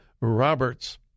Roberts